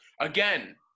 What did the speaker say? Again